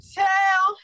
tell